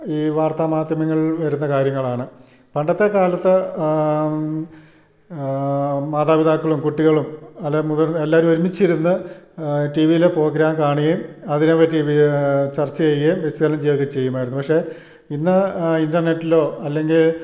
ഈ വാർത്താമാധ്യമങ്ങളിൽ വരുന്ന കാര്യങ്ങളാണ് പണ്ടത്തെ കാലത്ത് മാതാപിതാക്കളും കുട്ടികളും അല്ലെ എല്ലാവരും ഒരുമിച്ചു ഇരുന്ന് ടിവിയിലെ പ്രോഗ്രാം കാണുകയും അതിനെ പറ്റി ചർച്ച ചെയ്യുകയും വിശകലനം ചെയ്യുകയൊക്കെ ചെയ്യുമായിരുന്നു പക്ഷെ ഇന്ന് ഇൻറ്റർനെറ്റിലോ അല്ലെങ്കിൽ